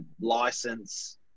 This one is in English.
license